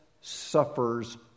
suffers